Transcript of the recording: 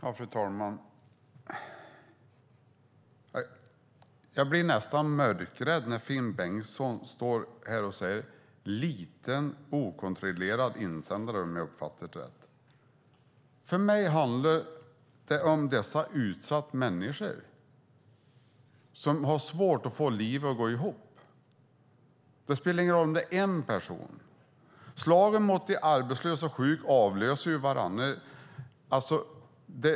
Fru talman! Jag blir nästan mörkrädd när Finn Bengtsson här talar om en liten okontrollerad insändare - om jag uppfattat honom rätt. För mig handlar det här om utsatta människor som har svårt att få livet att gå ihop. Det spelar ingen roll om det är en person. Slagen mot de arbetslösa och sjuka avlöser varandra.